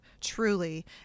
Truly